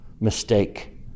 mistake